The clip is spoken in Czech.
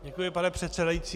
Děkuji, pane předsedající.